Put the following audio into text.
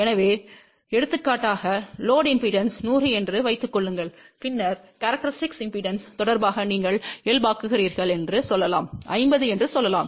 எனவே எடுத்துக்காட்டாக load impedance 100 என்று வைத்துக் கொள்ளுங்கள் பின்னர் கேரக்டரிஸ்டிக் இம்பெடன்ஸ் தொடர்பாக நீங்கள் இயல்பாக்குகிறீர்கள் என்று சொல்லலாம் 50 என்று சொல்லலாம்